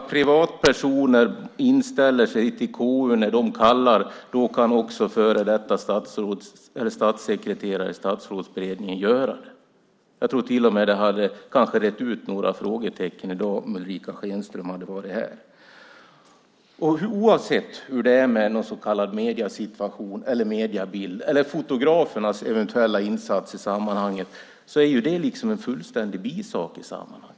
Om privatpersoner inställer sig när KU kallar kan också före detta statssekreterare i Statsrådsberedningen göra det. Jag tror till och med att det hade rett ut några frågetecken i dag om Ulrica Schenström hade varit här. Oavsett hur det är med någon så kallad mediesituation eller mediebild eller fotografernas eventuella insats i sammanhanget är det en fullständig bisak.